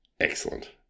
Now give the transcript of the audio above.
excellent